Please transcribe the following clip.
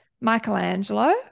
Michelangelo